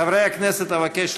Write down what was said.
חברי הכנסת, אבקש לשבת.